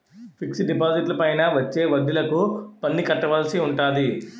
fixed డిపాజిట్లపైన వచ్చే వడ్డిలకు పన్ను కట్టవలసి ఉంటాది